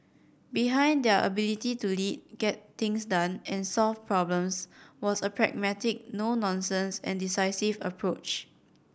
behind their ability to lead get things done and solve problems was a pragmatic no nonsense and decisive approach